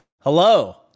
Hello